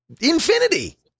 infinity